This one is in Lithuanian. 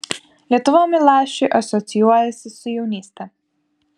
lietuva milašiui asocijuojasi su jaunyste